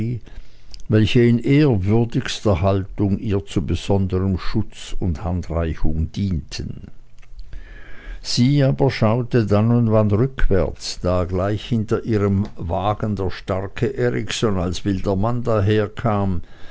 welche in ehrwürdigster haltung ihr zu besonderm schutz und handreichung dienten sie aber schaute dann und wann rückwärts da gleich hinter ihrem wagen der starke erikson als wilder mann einherkam